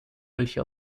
welche